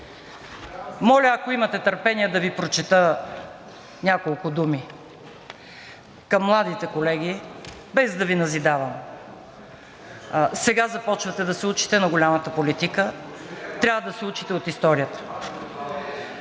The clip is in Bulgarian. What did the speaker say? Моля, ако имате търпение, да Ви прочета няколко думи към младите колеги, без да Ви назидавам. Сега започвате да се учите на голямата политика. Трябва да се учите от историята.